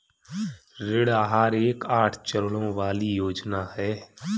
ऋण आहार एक आठ चरणों वाली योजना है